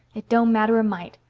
it don't matter a mite.